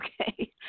Okay